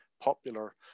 popular